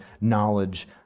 knowledge